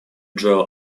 joel